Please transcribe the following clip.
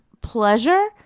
pleasure